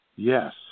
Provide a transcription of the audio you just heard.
Yes